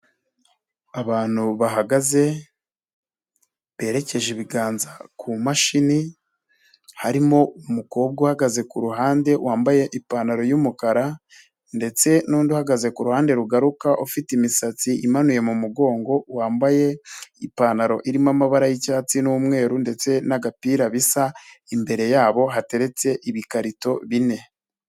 Abantu bahagaze berekeje ibiganza ku mashini harimo umukobwa uhagaze ku ruhande wambaye ipantaro y'umukara ndetse n'undi uhagaze ku ruhande rugaruka ufite imisatsi imanuye mu mugongo wambaye ipantaro irimo amabara y'icyatsi n'umweru ndetse n'agapira bisa, imbere yabo hateretse ibikarito bine.